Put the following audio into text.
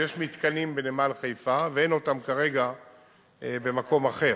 שיש מתקנים בנמל חיפה ואין כאלה כרגע במקום אחר.